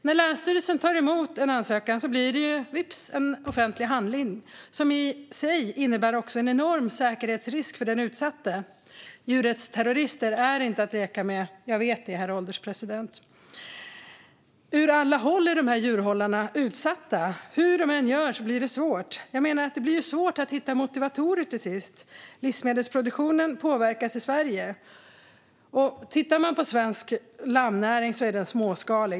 När länsstyrelsen tar emot en ansökan blir den vips en offentlig handling som i sig innebär en enorm säkerhetsrisk för den utsatte. Djurrättsterrorister är inte att leka med - jag vet det, herr ålderspresident. Svensk lammnäring är småskalig.